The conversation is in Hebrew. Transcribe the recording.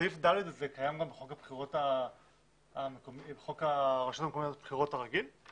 סעיף (ד) הזה קיים גם בחוק הרשויות המקומיות (בחירות) הרגיל?